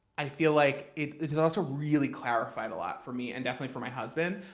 i feel like it it has also really clarified a lot for me, and definitely for my husband,